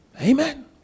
Amen